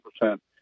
percent